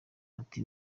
ati